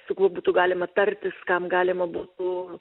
su kuo būtų galima tartis kam galima būtų